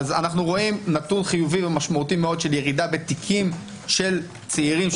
אנחנו רואים נתון חיובי ומשמעותי מאוד של ירידה בתיקים של צעירים,